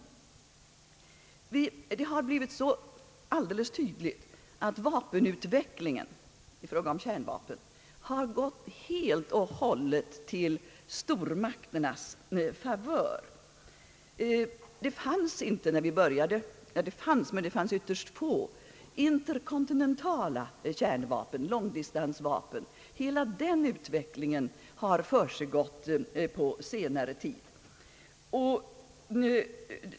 Det har blivit alldeles tydligt att utvecklingen i fråga om kärnvapen har gått helt och hållet till stormakternas favör. När vi började fanns det ytterst få interkontinentala kärnvapen, långdistansvapen. Hela utvecklingen på det området har försiggått på senare tid.